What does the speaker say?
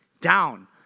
down